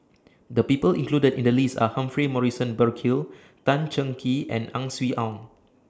The People included in The list Are Humphrey Morrison Burkill Tan Cheng Kee and Ang Swee Aun